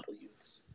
use